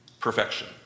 Perfection